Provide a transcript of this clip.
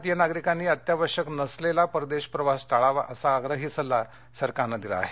भारतीय नागरिकांनी अत्यावश्यक नसलेला परदेश प्रवास टाळावा असा आग्रही सल्ला सरकारनं दिला आहे